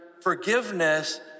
forgiveness